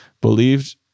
believed